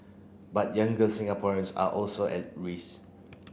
but younger Singaporeans are also at risk